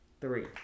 three